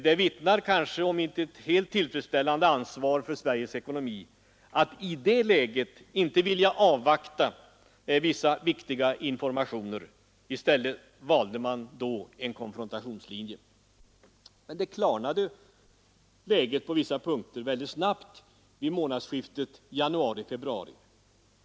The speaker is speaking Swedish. Det vittnar kanske om ett inte helt tillfredsställande ansvar för Sveriges ekonomi att i det läget inte vilja avvakta vissa viktiga informationer; i stället valde man då en konfrontationslinje. Läget klarnade emellertid mycket snabbt på vissa punkter vid månadsskiftet januari—februari.